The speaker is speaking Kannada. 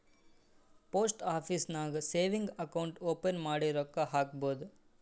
ಪೋಸ್ಟ ಆಫೀಸ್ ನಾಗ್ ಸೇವಿಂಗ್ಸ್ ಅಕೌಂಟ್ ಓಪನ್ ಮಾಡಿ ರೊಕ್ಕಾ ಹಾಕ್ಬೋದ್